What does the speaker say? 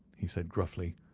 he said, gruffly.